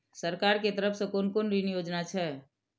सरकार के तरफ से कोन कोन ऋण योजना छै?